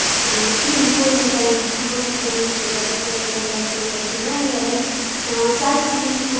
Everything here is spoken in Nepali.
क्वारिन्टाइन यो कोभिड नाइन्टिनले गर्दा क्वारिन्टाइन राख्ने गर्थ्यो होइन उनीहरूलाई चालिस दिनको